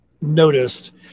noticed